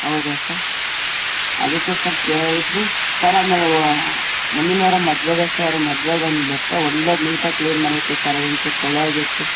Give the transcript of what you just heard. ಹೌದ ಸರ್ ಅದಕ್ಕೆ ಸರ್ ಕೇಳಿದ್ವಿ ಸರ್ ಆಮೇಲೆ ಮುಂದಿನ ವಾರ ಮದುವೆಗೆ ಸರ್ ಮದ್ವೆಗೊಂದು ಬಟ್ಟೆ ಒಳ್ಳೆ ನೀಟಾಗಿ ಕ್ಲೀನ್ ಮಾಡ್ಬೇಕಿತ್ತು ಸರ್ ಅದೊಂದು ಚೂರು ಕೊಳೆ ಆಗಿತ್ತು